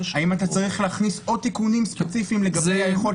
האם אתה צריך להכניס עוד תיקונים ספציפיים לגבי היכולת